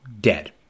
dead